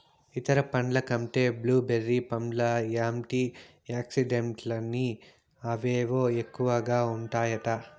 ఇతర పండ్ల కంటే బ్లూ బెర్రీ పండ్లల్ల యాంటీ ఆక్సిడెంట్లని అవేవో ఎక్కువగా ఉంటాయట